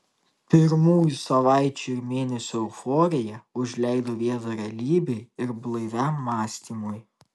pirmųjų savaičių ir mėnesių euforija užleido vietą realybei ir blaiviam mąstymui